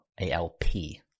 a-l-p